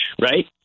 right